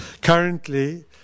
Currently